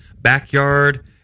backyard